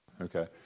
Okay